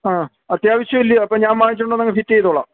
ആ അത്യാവശ്യല്ല്യയോ അപ്പം ഞാൻ വാങ്ങിച്ചോണ്ട് വന്ന് ഫിറ്റ് ചെയ്തോളാം